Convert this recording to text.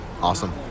Awesome